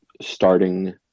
starting